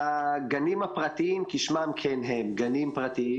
הגנים הפרטיים כשמם כן הם גנים פרטיים.